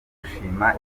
gushima